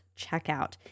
checkout